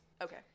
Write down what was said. okay